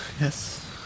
Yes